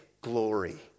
glory